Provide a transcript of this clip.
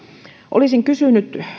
olisin kysynyt